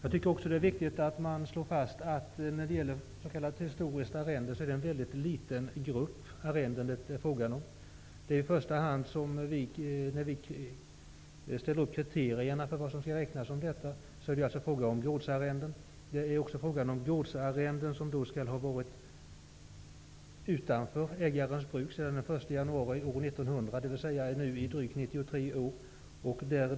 Gruppen som det är fråga om vid historiskt arrende är mycket liten. Kriterierna som ställs för att kunna räkna ett arrende som historiskt arrende är gårdsarrenden som har varit utanför ägarens bruk sedan den 1 januari år 1900, dvs. nu i drygt 93 år.